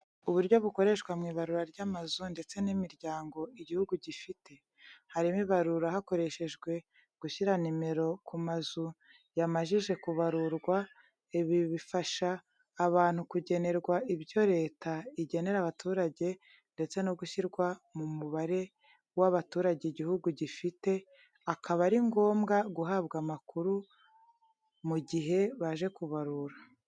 Uburyo bukoreshwa mu ibarura ry’amazu ndetse n’imiryango igihugu gifite, harimo ibarura hakoreshejwe gushyira numero ku mazu yamajije kubarurwa ibi bifasha abantu kugenerwa ibyo leta igenera abaturage ndetse no gushyirwa mu mubare y'abaturage igihugu gifite akaba ari ngobwa guhabwa amakuru mu gihe baje kubarura.